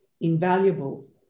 invaluable